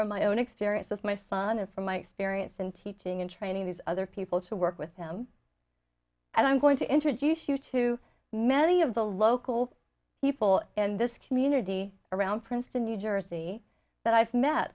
from my own experience with my son and from my experience in teaching and training these other people to work with him and i'm going to introduce you to many of the local people in this community around princeton new jersey that i've met